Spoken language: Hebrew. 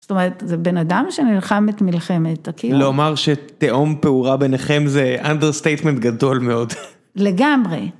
זאת אומרת, זה בן אדם שנלחמת מלחמת, כאילו... לומר שתהום פעורה ביניכם זה understatement גדול מאוד. לגמרי.